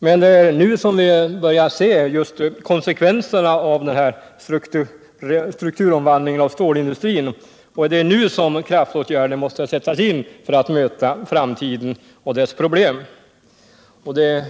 Men det är nu som vi börjar se konsekvenserna av strukturomvandlingen inom stålindustrin, och det är nu som kraftåtgärder måste sättas in för att vi skall kunna möta framtiden och dess problem.